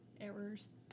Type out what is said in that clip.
errors